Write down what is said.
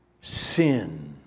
Sin